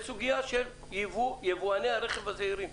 על יבואני הרכב הזעירים.